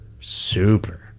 super